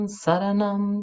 saranam